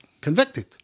convicted